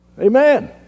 Amen